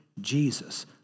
Jesus